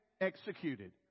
executed